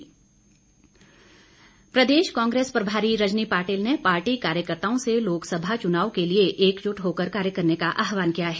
रजनी पाटिल प्रदेश कांग्रेस प्रभारी रजनी पाटिल ने पार्टी कार्यकर्ताओं से लोकसभा चुनाव के लिए एकजुट होकर कार्य करने का आहवान किया है